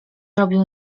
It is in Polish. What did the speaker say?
robił